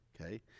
okay